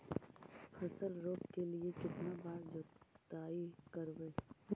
फसल रोप के लिय कितना बार जोतई करबय?